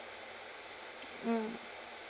mm